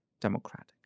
democratic